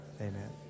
amen